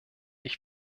ich